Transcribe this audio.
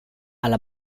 alla